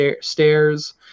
stairs